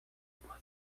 por